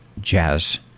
jazz